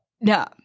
No